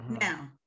Now